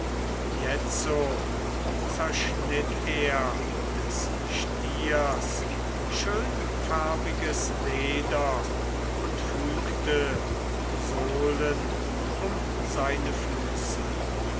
jetzo zerschnitt er des stiers schönfarbiges leder und fügte sohlen um seine füße